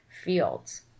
fields